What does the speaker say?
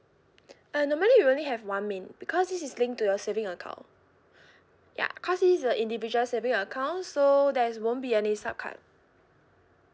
uh normally we only have one main because this is linked to your saving account ya because it is a individual saving account so there's won't be any sub card